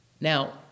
Now